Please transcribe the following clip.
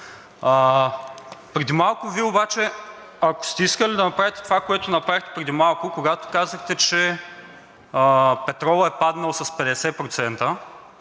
ако сте искали да направите това, което направихте преди малко, когато казахте, че петролът е паднал с 50%,